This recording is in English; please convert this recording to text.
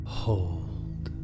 hold